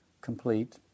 complete